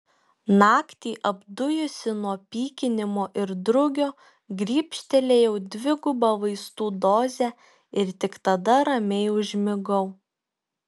naktį apdujusi nuo pykinimo ir drugio grybštelėjau dvigubą vaistų dozę ir tik tada ramiai užmigau